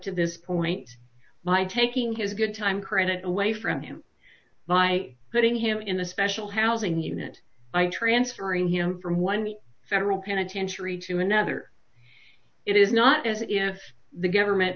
to this point by taking his good time credit away from him by putting him in a special housing unit by transferring him from one federal penitentiary to another it is not as if the government